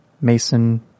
Mason